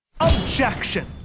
Objection